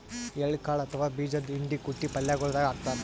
ಎಳ್ಳ ಕಾಳ್ ಅಥವಾ ಬೀಜದ್ದು ಹಿಂಡಿ ಕುಟ್ಟಿ ಪಲ್ಯಗೊಳ್ ದಾಗ್ ಹಾಕ್ತಾರ್